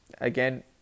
Again